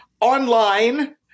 online